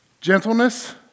Gentleness